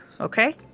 Okay